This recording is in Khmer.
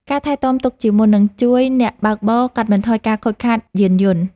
ការថែទាំទុកជាមុន នឹងជួយអ្នកបើកបរកាត់បន្ថយការខូចខាតយានយន្ត។